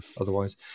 otherwise